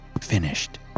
finished